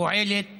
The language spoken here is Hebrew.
פועלת